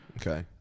Okay